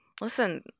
listen